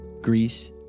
Greece